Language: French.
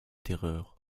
terreur